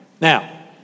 Now